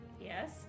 Yes